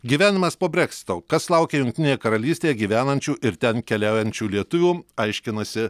gyvenimas po breksito kas laukia jungtinėje karalystėje gyvenančių ir ten keliaujančių lietuvių aiškinasi